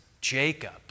Jacob